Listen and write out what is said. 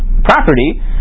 property